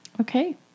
Okay